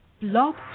Blog